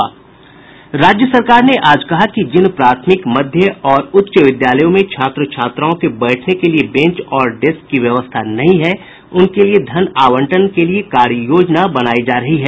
राज्य सरकार ने आज कहा कि जिन प्राथमिक मध्य और उच्च विद्यालयों में छात्र छात्राओं के बैठने के लिए बेंच और डेस्क की व्यवस्था नहीं है उनके लिए धन आवंटन के लिए कार्य योजना बनायी जा रही है